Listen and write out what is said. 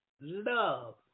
Love